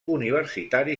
universitari